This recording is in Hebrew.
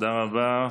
תודה רבה.